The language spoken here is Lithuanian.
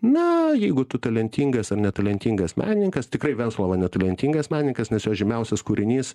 ne jeigu tu talentingas ar netalentingas menininkas tikrai venclova netalentingas menininkas nes jo žymiausias kūrinys